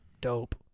dope